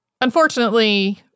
Unfortunately